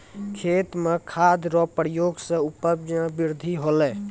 खेत मे खाद रो प्रयोग से उपज मे बृद्धि होलै